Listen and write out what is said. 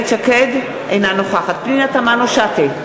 אינה נוכחת פנינה תמנו-שטה,